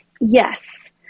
Yes